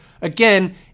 Again